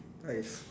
nice